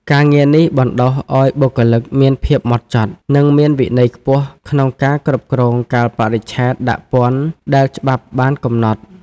ការងារនេះបណ្តុះឱ្យបុគ្គលិកមានភាពហ្មត់ចត់ និងមានវិន័យខ្ពស់ក្នុងការគ្រប់គ្រងកាលបរិច្ឆេទដាក់ពន្ធដែលច្បាប់បានកំណត់។